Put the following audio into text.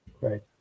Right